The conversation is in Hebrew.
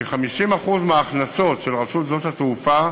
כ-50% מההכנסות של רשות שדות התעופה